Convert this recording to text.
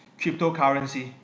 cryptocurrency